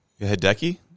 Hideki